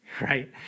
right